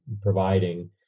providing